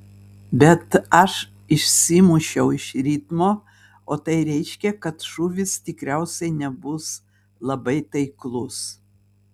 bet aš išsimušiau iš ritmo o tai reiškia kad šūvis tikriausiai nebus labai taiklus